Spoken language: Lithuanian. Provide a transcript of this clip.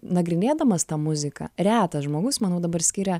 nagrinėdamas tą muziką retas žmogus manau dabar skiria